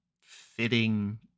fitting